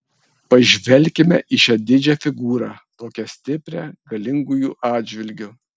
pažvelkime į šią didžią figūrą tokią stiprią galingųjų atžvilgiu